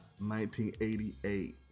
1988